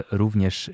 również